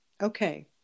okay